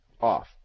off